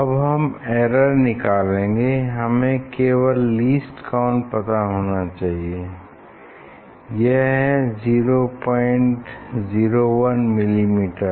अब हम एरर निकालेंगे हमें केवल लीस्ट काउंट पता होना चाहिए यह है 001 मिलीमीटर